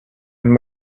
and